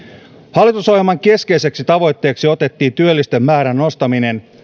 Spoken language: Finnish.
hallitusohjelman keskeiseksi tavoitteeksi otettiin työllisten määrän nostaminen